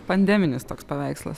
pandeminis toks paveikslas